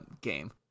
game